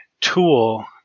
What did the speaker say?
tool